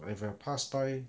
if I pass by